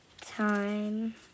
time